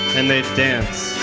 and they danced.